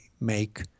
make